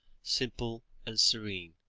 simple and serene.